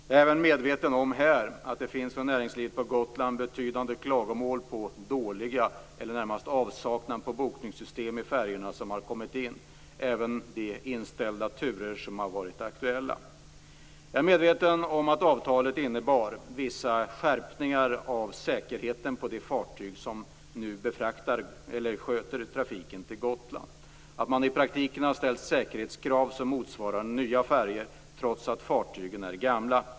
Jag är även medveten om att det finns betydande klagomål från näringslivet på Gotland gällande dåliga bokningssystem - eller närmast avsaknad av bokningssystem - på de färjor som har kommit in. Det gäller även de inställda turer som har varit aktuella. Jag är medveten om att avtalet innebar vissa skärpningar av säkerheten på de fartyg som nu sköter trafiken till Gotland. Man har i praktiken ställt säkerhetskrav som motsvarar nya färjor trots att fartygen är gamla.